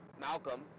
Malcolm